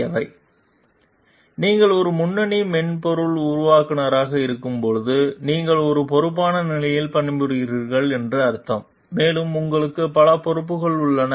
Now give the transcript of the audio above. எனவே நீங்கள் ஒரு முன்னணி மென்பொருள் உருவாக்குநராக இருக்கும்போது நீங்கள் ஒரு பொறுப்பான நிலையில் பணிபுரிகிறீர்கள் என்று அர்த்தம் மேலும் உங்களுக்கு பல பொறுப்புகளும் உள்ளன